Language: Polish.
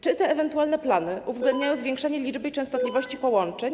Czy ewentualne plany uwzględniają zwiększenie liczby i częstotliwości połączeń?